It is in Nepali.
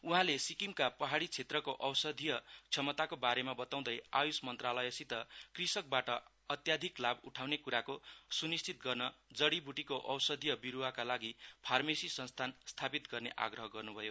उहाँले सिक्किमका पहाड़ी क्षेत्रको औषधिय क्षमताको बारेमा बताउँदै आयुष मन्त्रालयसित कृषकबाट अत्याधिक लाभ उठाउने कुराको सुनिस्चित गर्न जड़ी बुटीको औषधिय विरुवाका लागि फार्मेसि संस्थान स्थापित गर्ने आग्रह गर्नुभयो